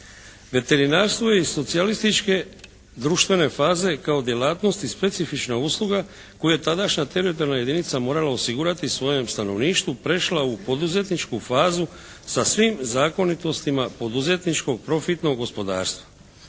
Veterinarstvo je iz socijalističke, društvene faze kao djelatnosti specifična usluga koju tadašnja teritorijalna jedinica morala osigurati svojem stanovništvu prešla u poduzetničku fazu sa svim zakonitostima poduzetničkog, profitnog gospodarstva.